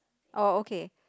oh okay